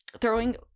throwing